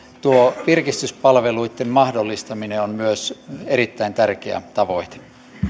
virkistyspalveluitten mahdollistaminen on myös erittäin tärkeä tavoite